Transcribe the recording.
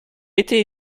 été